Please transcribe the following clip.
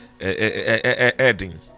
Adding